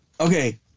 Okay